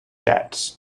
debts